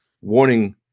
warning